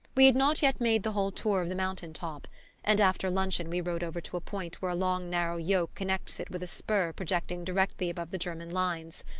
we had not yet made the whole tour of the mountain-top and after luncheon we rode over to a point where a long narrow yoke connects it with a spur projecting directly above the german lines.